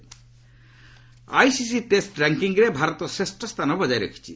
ICC ranking ICC test ର୍ୟାଙ୍କିଙ୍ଗ୍ରେ ଭାରତ ଶ୍ରେଷ୍ଠ ସ୍ଥାନ ବଜାୟ ରଖିଛି